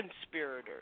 conspirators